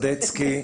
סדצקי,